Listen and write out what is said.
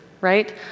right